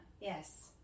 Yes